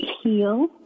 heal